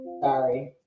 sorry